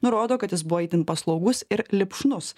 nurodo kad jis buvo itin paslaugus ir lipšnus